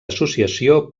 associació